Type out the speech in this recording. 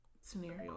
scenario